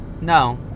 No